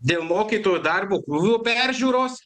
dėl mokytojų darbo krūvio peržiūros